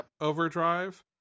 Overdrive